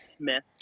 Smith